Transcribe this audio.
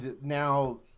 now